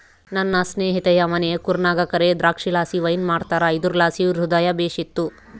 ನನ್ನ ಸ್ನೇಹಿತೆಯ ಮನೆ ಕೂರ್ಗ್ನಾಗ ಕರೇ ದ್ರಾಕ್ಷಿಲಾಸಿ ವೈನ್ ಮಾಡ್ತಾರ ಇದುರ್ಲಾಸಿ ಹೃದಯ ಬೇಶಿತ್ತು